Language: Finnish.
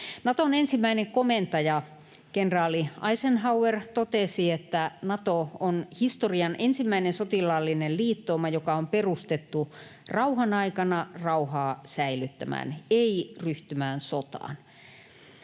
Naton ensimmäinen komentaja, kenraali Eisenhower totesi, että Nato on historian ensimmäinen sotilaallinen liittouma, joka on perustettu rauhanaikana rauhaa säilyttämään, ei ryhtymään sotaan.